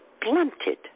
blunted